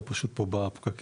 הוא פשוט פה בפקקים.